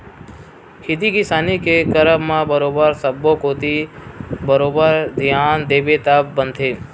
खेती किसानी के करब म बरोबर सब्बो कोती बरोबर धियान देबे तब बनथे